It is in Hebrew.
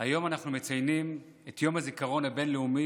היום אנחנו מציינים את יום הזיכרון הבין-לאומי